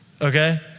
okay